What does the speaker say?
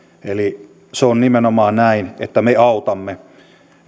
eli se on nimenomaan näin että me autamme